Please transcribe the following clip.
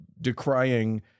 decrying